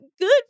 good